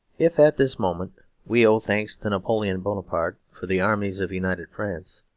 if at this moment we owe thanks to napoleon bonaparte for the armies of united france,